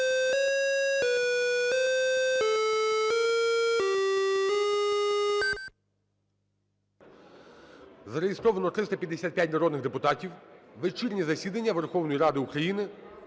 Зареєстровано 355 народних депутатів. Вечірнє засідання Верховної Ради України